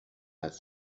حدس